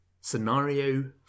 scenario